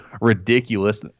ridiculous